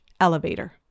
elevator